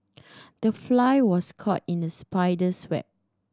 the fly was caught in the spider's web